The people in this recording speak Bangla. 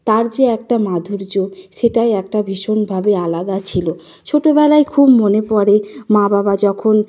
তার যে একটা মাধুর্য সেটাই একটা ভীষণভাবে আলাদা ছিল ছোটোবেলায় খুব মনে পড়ে মা বাবা যখন